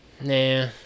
Nah